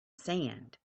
sand